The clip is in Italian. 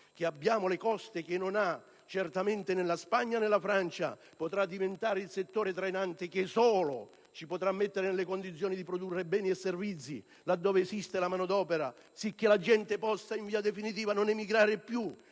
che abbiamo le coste che non hanno né la Spagna né la Francia - potrà diventare il settore trainante che solo ci potrà mettere nelle condizioni di produrre beni e servizi laddove esiste la manodopera, sicché la gente possa non emigrare più,